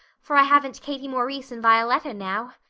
for i haven't katie maurice and violetta now.